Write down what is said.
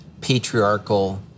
patriarchal